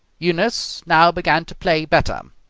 eunice now began to play better,